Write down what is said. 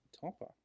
Topper